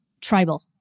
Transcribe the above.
tribal